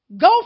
go